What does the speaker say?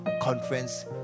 conference